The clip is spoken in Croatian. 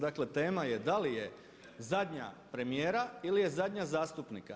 Dakle, tema je da li je zadnja premijera ili je zadnja zastupnika?